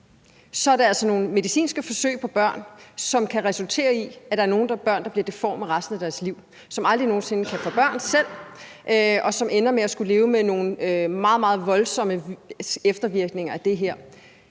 tillader man altså nogle medicinske forsøg på børn, som kan resultere i, at der er nogle børn, der bliver deforme resten af deres liv, som aldrig nogen sinde kan få børn selv, og som ender med at skulle leve med nogle meget, meget voldsomme eftervirkninger af det her.